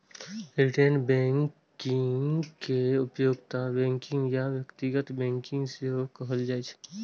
retail banking कें उपभोक्ता banking या व्यक्तिगत बैंकिंग सेहो कहल जाइ छै